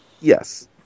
Yes